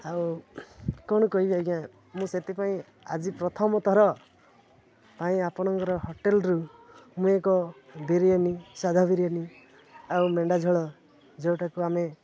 ଆଉ କ'ଣ କହିବି ଆଜ୍ଞା ମୁଁ ସେଥିପାଇଁ ଆଜି ପ୍ରଥମଥର ପାଇଁ ଆପଣଙ୍କର ହୋଟେଲରୁ ମୁଁ ଏକ ବିରିୟାନୀ ସାଧା ବିରିୟାନୀ ଆଉ ମେଣ୍ଢା ଝୋଳ ଯେଉଁଟାକୁ ଆମେ